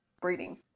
breeding